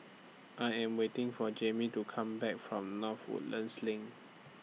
I Am waiting For Jamey to Come Back from North Woodlands LINK